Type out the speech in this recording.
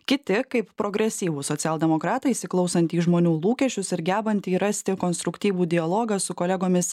kiti kaip progresyvūs socialdemokratai įsiklausantį į žmonių lūkesčius ir gebantį rasti konstruktyvų dialogą su kolegomis